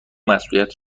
مسئولیت